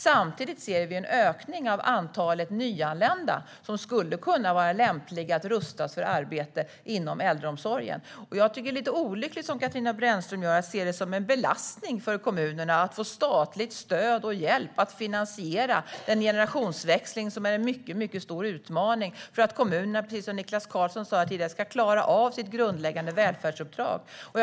Samtidigt ser vi en ökning av antalet nyanlända som skulle kunna vara lämpliga att rustas för arbete inom äldreomsorgen. Jag tycker att det är lite olyckligt att, som Katarina Brännström gör, se det som en belastning för kommunerna att få statligt stöd och statlig hjälp att finansiera den generationsväxling som är en mycket stor utmaning för att kommunerna ska klara av sitt grundläggande välfärdsuppdrag, precis som Niklas Karlsson sa här tidigare.